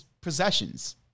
Possessions